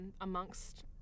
amongst